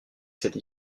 cette